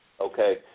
Okay